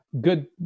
good